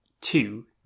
two